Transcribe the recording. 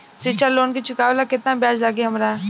शिक्षा लोन के चुकावेला केतना ब्याज लागि हमरा?